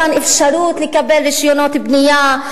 מתן אפשרות לקבל רשיונות בנייה,